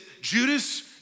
Judas